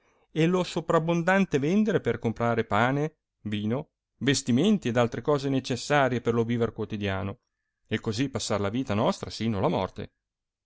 e lo soprabbondante vendere per comprare pane vino vestimenti ed altre cose necessarie per lo viver quotidiano e così passare la vita nostra sino alla morte